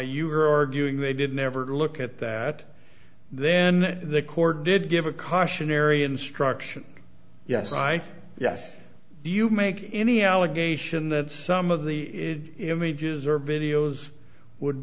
you are arguing they did never look at that then the court did give a cautionary instruction yes i yes you make any allegation that some of the images or videos would